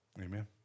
Amen